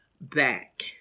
back